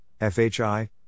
FHI